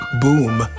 Boom